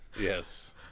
Yes